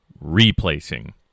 replacing